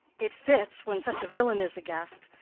it fits when such a villain is a guest.